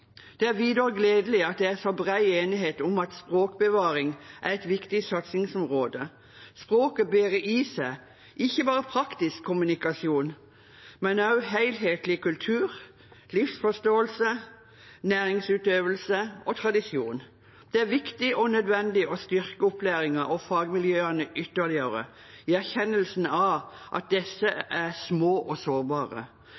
Det er videre gledelig at det er så bred enighet om at språkbevaring er et viktig satsingsområde. Språket bærer i seg ikke bare praktisk kommunikasjon, men også helhetlig kultur, livsforståelse, næringsutøvelse og tradisjon. Det er viktig og nødvendig å styrke opplæringen og fagmiljøene ytterligere i erkjennelsen av at